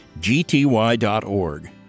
gty.org